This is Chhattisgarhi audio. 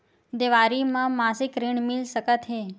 देवारी म मासिक ऋण मिल सकत हे?